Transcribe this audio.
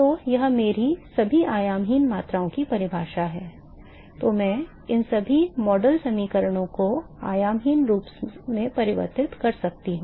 तो यह मेरी सभी आयामहीन मात्राओं की परिभाषा है तो मैं इन सभी मॉडल समीकरणों को आयामहीन रूप में परिवर्तित कर सकता हूं